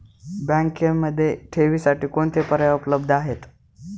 बँकेमध्ये ठेवींसाठी कोणते पर्याय उपलब्ध आहेत?